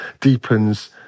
deepens